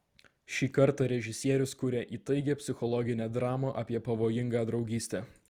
šį kartą režisierius kuria įtaigią psichologinę dramą apie pavojingą draugystę